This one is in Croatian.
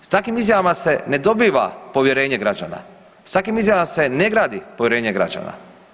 S takvim izjavama se ne dobiva povjerenje građana, s takvim izjavama se ne gradi povjerenje građana.